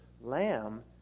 lamb